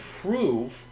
prove